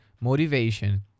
motivation